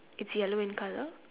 it's yellow in colour